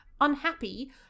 unhappy